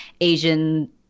Asian